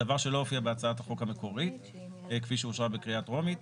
דבר שלא הופיע בהצעת החוק המקורית כפי שאושרה בקריאה טרומית.